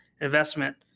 investment